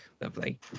Lovely